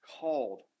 called